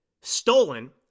stolen